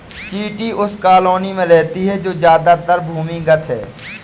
चींटी उस कॉलोनी में रहती है जो ज्यादातर भूमिगत है